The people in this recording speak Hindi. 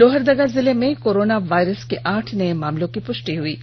लोहरदगा जिले में कोरोना वायरस के आठ नये मामलों की पुष्टि हई है